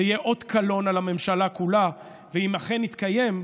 זה יהיה אות קלון על הממשלה כולה, ואם אכן יתקיים,